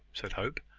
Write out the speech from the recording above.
said hope.